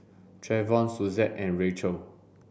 Treyvon Suzette and Racheal